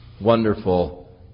wonderful